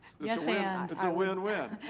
yes and. it's a win-win.